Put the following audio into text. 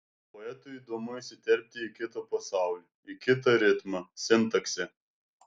poetui įdomu įsiterpti į kito pasaulį į kitą ritmą sintaksę